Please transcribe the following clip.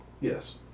Yes